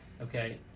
Okay